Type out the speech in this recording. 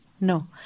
No